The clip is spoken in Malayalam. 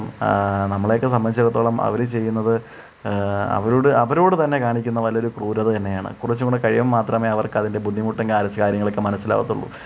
നമ്മളെയൊക്കെ സംബന്ധിച്ചെടുത്തോളം അവർ ചെയ്യുന്നത് അവരോട് അവരോട് തന്നെ കാണിക്കുന്ന വലിയൊരു ക്രൂരത തന്നെയാണ് കുറച്ചൂടെ കഴിയുമ്പം മാത്രമേ അവർക്കതിൻ്റെ ബുദ്ധിമുട്ടും കാര്യം കാര്യങ്ങളക്കെ മനസ്സിലാവത്തുള്ളു